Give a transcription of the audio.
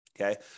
Okay